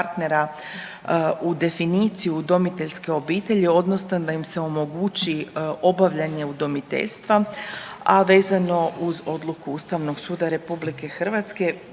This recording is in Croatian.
u definiciju udomiteljske obitelji odnosno da im se omogući obavljanje udomiteljstva, a vezano uz odluku Ustavnog suda RH. Već se